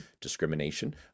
discrimination